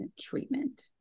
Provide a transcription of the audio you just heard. treatment